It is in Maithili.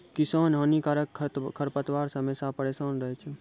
किसान हानिकारक खरपतवार से हमेशा परेसान रहै छै